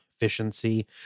efficiency